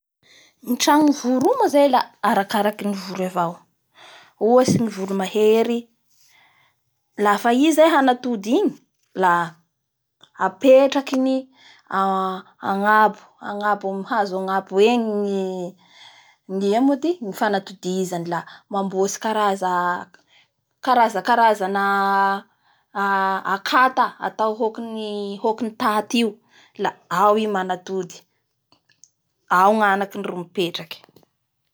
Ny tragnony voro io moa zay a arakaraky ny voro avao ohatsy ny voro mahery lafa i zay hanatody igny la apetrakiny a- agnabo- agnabo amin'ny hazo agnabo egny. Ny ia moa ty? Ny fanatotizany mambotsy karaza- karazana a akata hokan'ny taty io la ao i manantody.